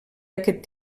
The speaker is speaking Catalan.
aquest